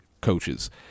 coaches